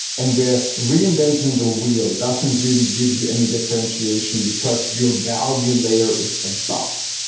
and where reinventing the wheel doesn't really give you any differentiation because your value layer is a buff.